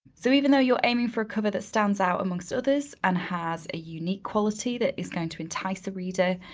so even though you're aiming for a cover that stands out amongst others and has a unique quality that is going to entice a reader,